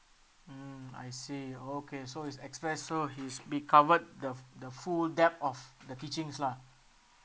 mm I see okay so is express so he's be covered the the full depth of the teachings lah